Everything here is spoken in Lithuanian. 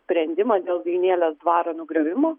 sprendimą dėl vijūnėlės dvaro nugriovimo